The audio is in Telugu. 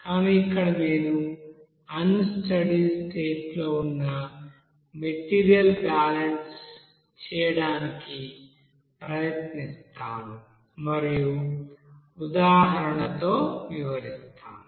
కానీ ఇక్కడ నేను అన్ స్టడీ స్టేట్ లో ఉన్న మెటీరియల్ బ్యాలెన్స్ చేయడానికి ప్రయత్నిస్తాను మరియు ఉదాహరణలతో వివరిస్తాను